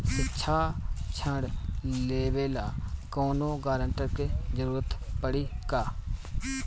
शिक्षा ऋण लेवेला कौनों गारंटर के जरुरत पड़ी का?